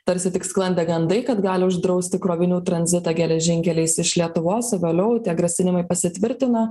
tarsi tik sklandė gandai kad gali uždrausti krovinių tranzitą geležinkeliais iš lietuvos vėliau tie grasinimai pasitvirtino